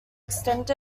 extend